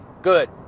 Good